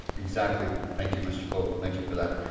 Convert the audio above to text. exactly. thank you, mr. cope. thank you for that.